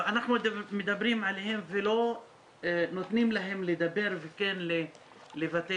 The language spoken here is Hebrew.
אנחנו מדברים עליהם ולא נותנים להם לדבר וכן לבטא